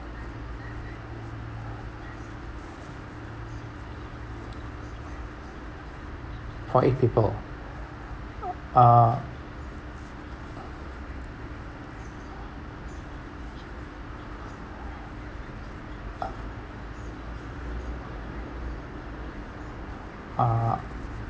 for eight people uh uh